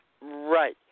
Right